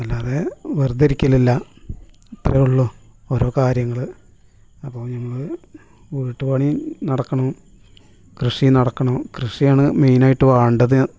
അല്ലാതെ വേർതിരിക്കലില്ല അത്രേ ഉള്ളു ഓരോ കാര്യങ്ങള് അപ്പോൾ നമ്മൾ വീട്ട്പണി നടക്കണോ കൃഷി നടക്കണോ കൃഷിയാണ് മെയ്നായിട്ട് വേണ്ടത്